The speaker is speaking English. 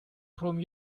from